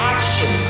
Action